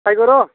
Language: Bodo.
नायगोन र'